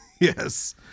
Yes